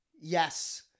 Yes